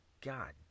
God